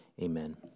Amen